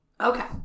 Okay